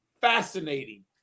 fascinating